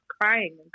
crying